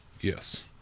yes